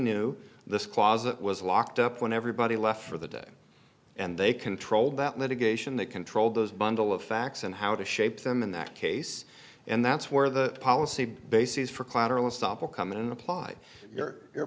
knew this closet was locked up when everybody left for the day and they controlled that litigation that controlled those bundle of facts and how to shape them in that case and that's where the policy bases for collateral estoppel come in apply your your